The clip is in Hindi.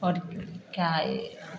और क्या है